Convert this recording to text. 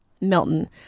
Milton